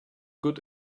good